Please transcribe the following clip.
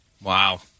Wow